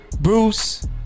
Bruce